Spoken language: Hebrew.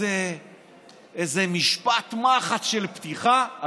באיזה משפט מחץ של פתיחה,